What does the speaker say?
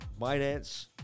Binance